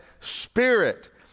spirit